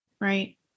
Right